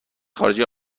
خارجه